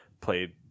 Played